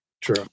True